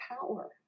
power